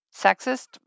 sexist